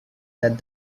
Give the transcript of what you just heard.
that